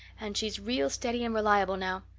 and she's real steady and reliable now.